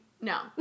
No